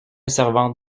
servantes